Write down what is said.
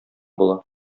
була